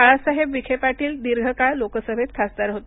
बाळासाहेब विखे पाटील दीर्घकाळ लोकसभेत खासदार होते